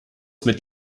mit